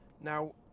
Now